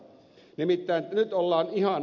nimittäin nyt ollaan ihan